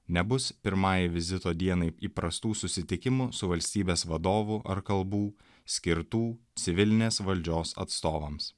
nebus pirmai vizito dienai įprastų susitikimų su valstybės vadovų ar kalbų skirtų civilinės valdžios atstovams